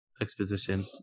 exposition